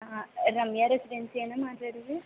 రమ్యా రెసిడెన్సీనా మాట్లాడేది